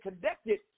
connected